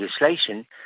legislation